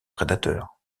prédateurs